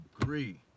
agree